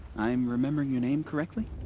i'm remembering your name correctly?